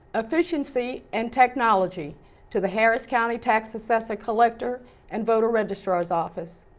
efficiency and technology to the harris county tax assessor-collector and voter registrar's office.